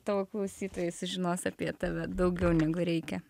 tavo klausytojai sužinos apie tave daugiau negu reikia